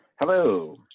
Hello